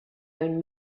own